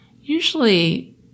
usually